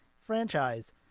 franchise